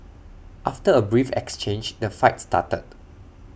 after A brief exchange the fight started